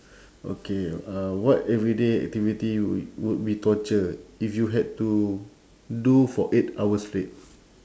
okay uh what everyday activity w~ would be torture if you had to do for eight hours straight